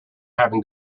having